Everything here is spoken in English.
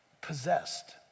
possessed